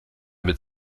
mit